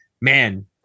man